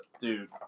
dude